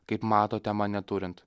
kaip matote mane turint